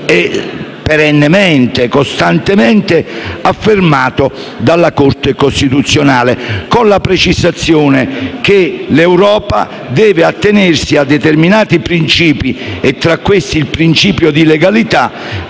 perennemente e costantemente affermato dalla Corte costituzionale, con la precisazione che l'Europa deve attenersi a determinati principi - e tra questi il principio di legalità